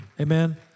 Amen